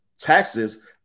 taxes